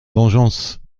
vengeance